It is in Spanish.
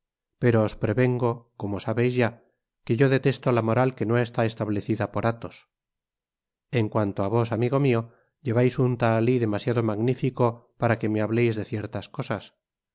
pero os prevengo como sabeis ya que yo detesto la moral que no está establecida por athos en cuanto á vos amigo mio llevais un tahali demasiado magnifico para que me hableis de ciertas cosas